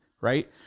right